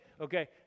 Okay